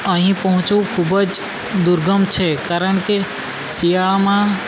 અહીં પહોંચવું ખૂબ જ દુર્ગમ છે કારણ કે શિયાળામાં